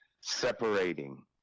separating